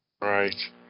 Right